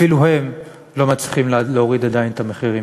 אפילו הם, לא מצליחים להוריד עדיין את המחירים.